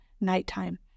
nighttime